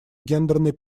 гендерной